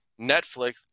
Netflix